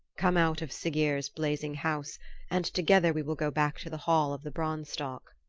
come out of siggeir's blazing house and together we will go back to the hall of the branstock.